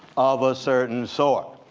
of a certain sort.